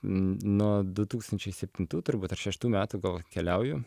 nuo du tūkstančiai septintų turbūt ar šeštų metų kol keliauju